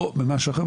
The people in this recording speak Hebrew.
או במשהו אחר?